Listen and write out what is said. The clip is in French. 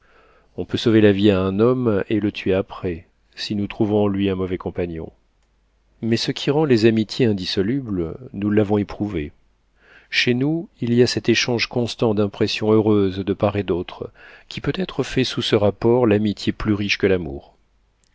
on peut sauver la vie à un homme et le tuer après si nous trouvons en lui un mauvais compagnon mais ce qui rend les amitiés indissolubles nous l'avons éprouvé chez nous il y a cet échange constant d'impressions heureuses de part et d'autre qui peut-être fait sous ce rapport l'amitié plus riche que l'amour